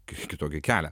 kitokį kelią